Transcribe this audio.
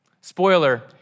Spoiler